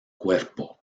cuerpo